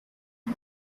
the